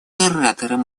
ораторам